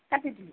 কাটি দি